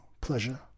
pleasure